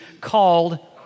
called